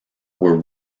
were